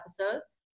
episodes